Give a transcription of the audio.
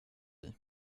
dig